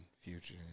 Future